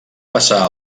passar